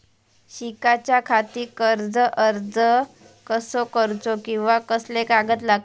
शिकाच्याखाती कर्ज अर्ज कसो करुचो कीवा कसले कागद लागतले?